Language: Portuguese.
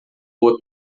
rua